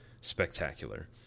spectacular